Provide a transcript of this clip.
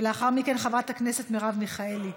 ולאחר מכן, חברת הכנסת מרב מיכאלי.